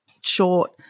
short